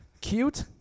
cute